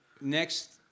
next